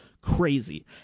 crazy